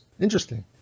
interesting